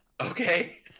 Okay